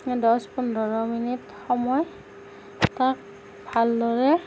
দহ পোন্ধৰ মিনিট সময় তাক ভালদৰে